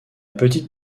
petite